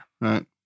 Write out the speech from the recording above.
right